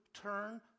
turn